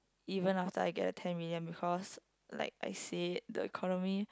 even after I get the ten million because like I said the economy